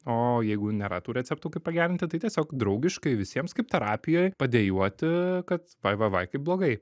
o jeigu nėra tų receptų kaip pagerinti tai tiesiog draugiškai visiems kaip terapijoj padejuoti kad vai vai vai kaip blogai